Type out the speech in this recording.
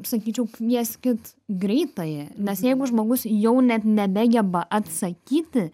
sakyčiau kvieskit greitąją nes jeigu žmogus jau net nebegeba atsakyti